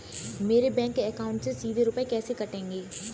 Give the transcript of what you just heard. मेरे bank account से सीधे रुपए कैसे कटेंगे?